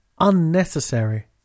unnecessary